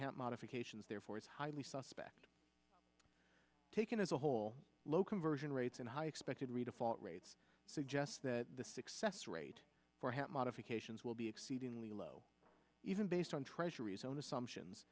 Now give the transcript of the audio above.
hat modifications therefore is highly suspect taken as a whole low conversion rates and high expected redefault rates suggests that the success rate for hat modifications will be exceedingly low even based on treasury's own assumptions